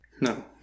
No